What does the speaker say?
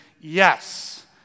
yes